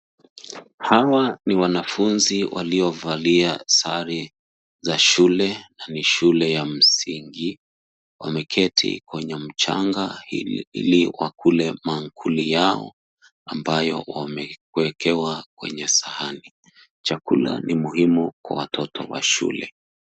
Hawa ni wanafunzi waliovalia sare za shule, na ni shule ya msingi, wameketi kwenye mchanga, ili wakule maamkuli yao, ambayo wamewekewa kwenye sahani. Chakula, ni muhimu kwa watoto wa shule.